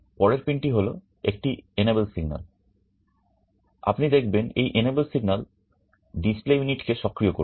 পরের পিন টি হলো একটি enable signal আপনি দেখবেন এই enable signal ডিসপ্লে ইউনিটকে সক্রিয় করবে